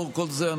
לאור כל זה,